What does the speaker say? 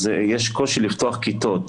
יש קושי לפתוח כיתות.